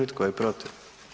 I tko je protiv?